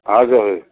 हजुर